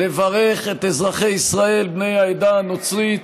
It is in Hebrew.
לברך את אזרחי ישראל בני העדה הנוצרית